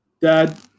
Dad